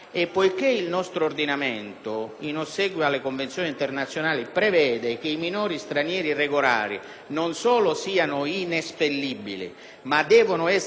non solo siano inespellibili, ma devono essere trattati dal nostro ordinamento alla stregua dei minori italiani che si trovano in condizioni di disagio e quindi avviati